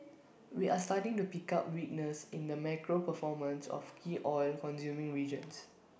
we are starting to pick up weakness in the macro performance of key oil consuming regions